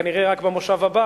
כנראה רק במושב הבא,